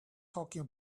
talking